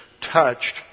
Touched